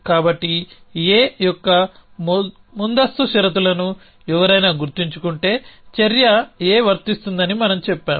కాబట్టి A యొక్క ముందస్తు షరతులను ఎవరైనా గుర్తుంచుకుంటే చర్య A వర్తిస్తుందని మనం చెప్పాము